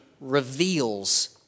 reveals